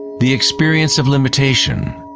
the experience of limitation.